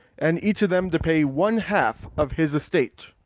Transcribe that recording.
and each of them to pay one half of his estate.